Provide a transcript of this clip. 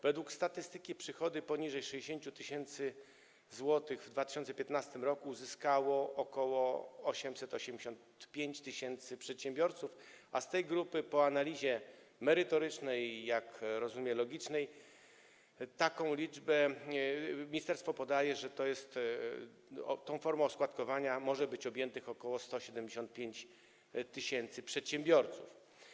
Według statystyki przychody poniżej 60 tys. zł w 2015 r. uzyskało ok. 885 tys. przedsiębiorców, a z tej grupy - po analizie merytorycznej, jak rozumiem, logicznej ministerstwo podaje - tą formą składkowania może być objętych ok. 175 tys. przedsiębiorców.